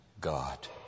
God